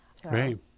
Great